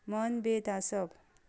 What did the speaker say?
मनभेद आसप